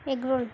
egg roll